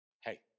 hey